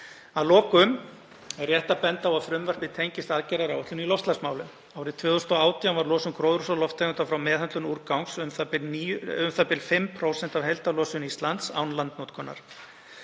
Að lokum er rétt að benda á að frumvarpið tengist aðgerðaáætlun í loftslagsmálum. Árið 2018 var losun gróðurhúsalofttegunda frá meðhöndlun úrgangs u.þ.b. 5% af heildarlosun Íslands án landnotkunar.